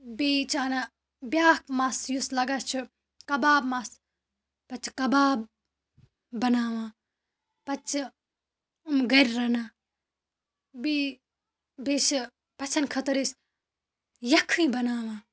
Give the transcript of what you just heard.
بیٚیہِ چھِ اَنان بیٛاکھ مَژھ یُس لَگان چھِ کَباب مَژھ پَتہٕ چھِ کَباب بَناوان پَتہٕ چھِ گَرِ رَنان بیٚیہِ بیٚیہِ چھِ پَژھٮ۪ن خٲطرٕ أسۍ یَکھٕنۍ بَناوان